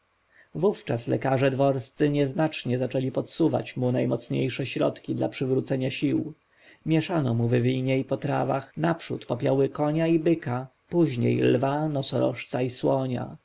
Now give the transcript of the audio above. wówczas lekarze dworscy nieznacznie zaczęli podsuwać mu najmocniejsze środki dla przywrócenia sił mieszano mu w winie i potrawach naprzód popioły konia i byka później lwa nosorożca i słonia